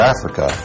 Africa